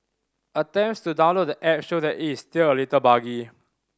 attempts to download the app show that is still a little buggy